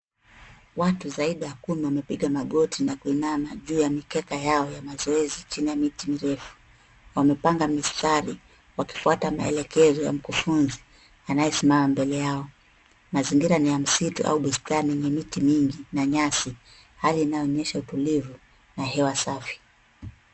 Watu zaidi ya kumi wamepiga magoti na kuinama juu ya mikeka yao ya mazoezi chini ya miti mirefu, wamepanga mistari wakifuata maelekezo ya mkufunzi anayesimama mbele yao. Mazingira ni ya msitu au bustani yenye miti mingi na nyasi hali inayoonyesha tulivu na hewa safi.